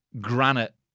granite